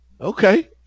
Okay